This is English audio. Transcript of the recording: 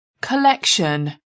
Collection